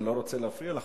אני לא רוצה להפריע לך.